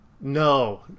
no